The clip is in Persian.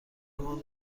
مان